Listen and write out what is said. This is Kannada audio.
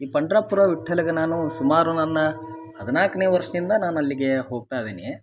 ಈ ಪಂಡರಾಪುರ ವಿಠ್ಠಲಗೆ ನಾನು ಸುಮಾರು ನನ್ನ ಹದಿನಾಲ್ಕನೇ ವರ್ಷದಿಂದ ನಾನು ಅಲ್ಲಿಗೆ ಹೋಗ್ತಾ ಇದ್ದೀನಿ